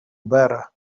better